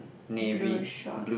blue short